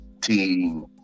team